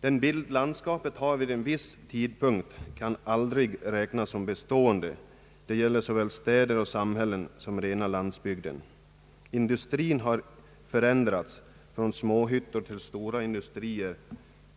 Den bild landskapet har vid en viss tidpunkt kan aldrig räknas som bestående. Det gäller såväl städer och samhällen som rena landsbygden. Industrin har förändrats från småhyttor till stora industrier